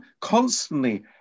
constantly